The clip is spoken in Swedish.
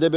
Det